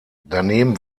daneben